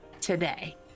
today